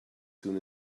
soon